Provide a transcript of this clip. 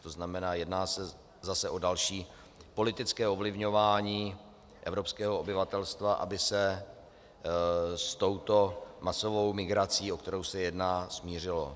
To znamená, jedná se zase o další politické ovlivňování evropského obyvatelstva, aby se s touto masovou migrací, o kterou se jedná, smířilo.